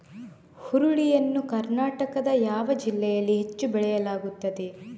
ಹುರುಳಿ ಯನ್ನು ಕರ್ನಾಟಕದ ಯಾವ ಜಿಲ್ಲೆಯಲ್ಲಿ ಹೆಚ್ಚು ಬೆಳೆಯಲಾಗುತ್ತದೆ?